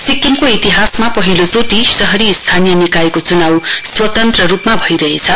सिक्किमको इतिहासमा पहिलो चोटि शहरी स्थानीय निकायको चुनाउ स्वतन्त्र रुपमा भइरहेछ